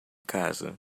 casa